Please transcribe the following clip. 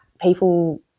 people